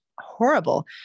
horrible